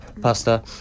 pasta